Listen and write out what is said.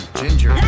ginger